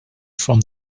from